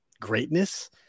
greatness